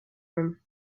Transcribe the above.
room